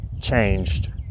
changed